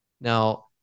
Now